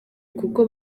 kuko